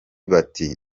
bati